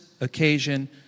occasion